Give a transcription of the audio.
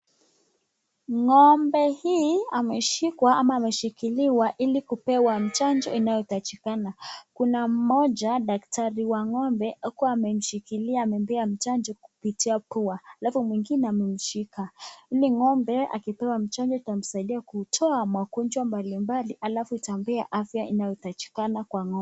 Ng'ombe hii ameshikwa ama ameshikiliwa ili kupewa mchanjo inayotachikana. Kuna mmoja daktari wa ng'ombe alikuwa amemshikilia amembea mchanjo kupitia pua. Licha mwingine amemshika. Ili ng'ombe akipewa mchanjo itamsaidia kuutoa makonjwa mbalimbali ala itaambia afya inayohitajikana kwa ng'ombe.